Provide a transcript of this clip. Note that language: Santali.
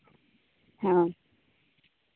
ᱦᱚᱸ